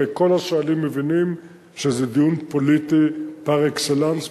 והרי כל השואלים מבינים שזה דיון פוליטי פר-אקסלנס,